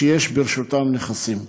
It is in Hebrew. יש ברשותם נכסים.